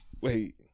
wait